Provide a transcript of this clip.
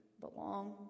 belong